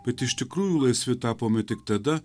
bet iš tikrųjų laisvi tapome tik tada